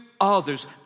others